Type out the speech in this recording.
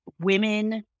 women